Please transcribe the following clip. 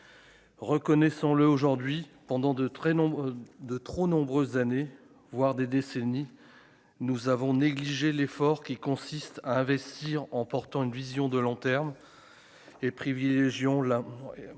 reconnaissons-le, aujourd'hui pendant de très nombreuses de trop nombreuses années voire des décennies nous avons négligé l'effort qui consiste à investir en portant une vision de long terme et privilégions la